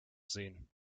sehen